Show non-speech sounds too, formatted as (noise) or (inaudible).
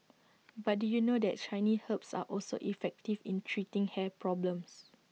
(noise) but do you know that Chinese herbs are also effective in treating hair problems